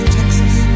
Texas